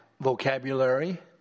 vocabulary